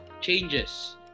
changes